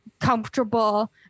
comfortable